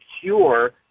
cure